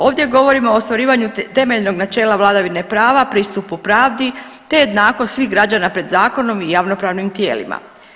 Ovdje govorimo o ostvarivanju temeljnog načela vladavine prava, pristupi pravdi te jednakost svih građana pred zakonom i javnopravnim tijelima.